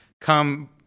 come